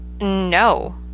no